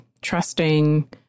trusting